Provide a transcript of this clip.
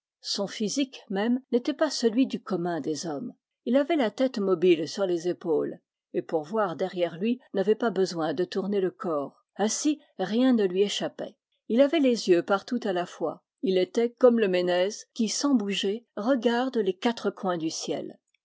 son physique même n'était pas celai du commun des hommes il avait la tête mobile sur les épaules et pour voir derrière lui n'avait pas besoin de tourner le corps ainsi rien ne lui échappait il avait les yeux partout à la fois était comme le ménez qui sans bouger regarde les quatre coins du ciel